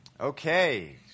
Okay